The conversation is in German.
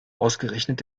ausgerechnet